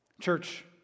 Church